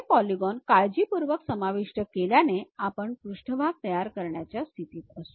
हे पॉलीगॉन काळजीपूर्वक समाविष्ट केल्याने आपण पृष्ठभाग तयार करण्याच्या स्थितीत असू